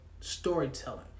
storytelling